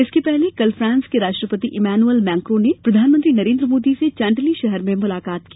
इससे पहले कल फ्रांस के राष्ट्रपति इमेनुअल मैक्रों ने प्रधानमंत्री नरेंद्र मोदी से चैंटिली शहर में मुलाकात की